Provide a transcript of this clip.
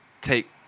take